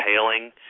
hailing